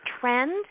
trend